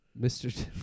Mr